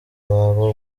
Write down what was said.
waba